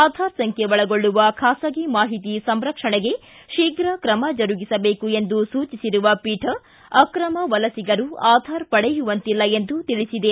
ಆಧಾರ್ ಸಂಖ್ಯೆ ಒಳಗೊಳ್ಳುವ ಖಾಸಗಿ ಮಾಹಿತಿ ಸಂರಕ್ಷಣೆಗೆ ಶೀಘ್ರ ತ್ರಮ ಜರುಗಿಸಬೇಕು ಎಂದು ಸೂಚಿಸಿರುವ ಪೀಠ ಅಕ್ರಮ ವಲಸಿಗರು ಆಧಾರ್ ಪಡೆಯುವಂತಿಲ್ಲ ಎಂದು ತಿಳಿಸಿದೆ